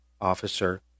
officer